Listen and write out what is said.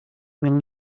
will